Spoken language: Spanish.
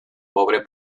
pobre